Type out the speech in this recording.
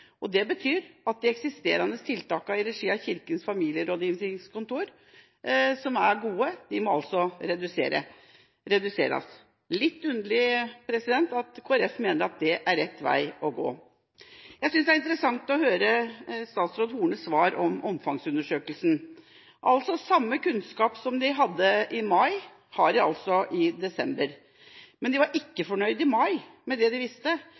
virksomhet. Det betyr at de eksisterende tiltaka i regi av Kirkens familierådgivningskontor – som er gode – må reduseres. Det er litt underlig av Kristelig Folkeparti mener at dette er rett vei å gå. Jeg synes det er interessant å høre statsråd Hornes svar om omfangsundersøkelsen. Samme kunnskap som man hadde i mai, har man i desember. De var ikke fornøyd med det de visste